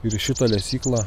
ir į šitą lesyklą